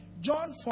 John